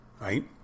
Right